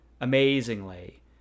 amazingly